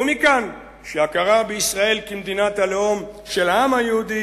ומכאן שהכרה בישראל כמדינת הלאום של העם היהודי